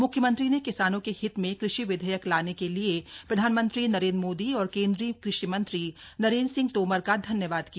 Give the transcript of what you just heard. मुख्यमंत्री ने किसानों के हित में कृषि विधेयक लाने के लिए प्रधानमंत्री नरेन्द्र मोदी और केंद्रीय कृषि मंत्री नरेन्द्र सिंह तोमर का धन्यवाद किया